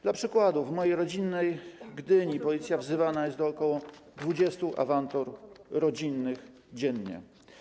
Dla przykładu w mojej rodzinnej Gdyni policja wzywana jest do ok. 20 awantur rodzinnych dziennie.